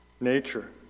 nature